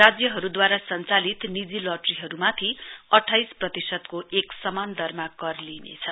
राज्यहरुद्वारा सञ्चालित निजी लटरीहरुमाथि अठाइस प्रतिशतको एकसमान दरमा कर लिइनेछ